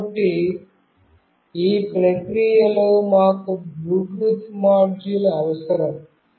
కాబట్టి ఈ ప్రక్రియలో మాకు బ్లూటూత్ మాడ్యూల్ అవసరం